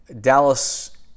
Dallas